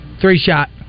Three-shot